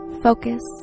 Focus